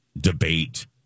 debate